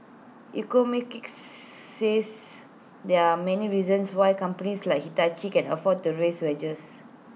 says there are many reasons why companies like Hitachi can afford to raise wages